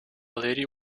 lady